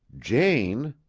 jane,